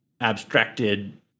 abstracted